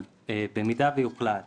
אבל במידה שיוחלט